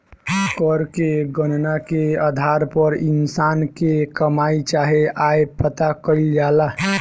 कर के गणना के आधार पर इंसान के कमाई चाहे आय पता कईल जाला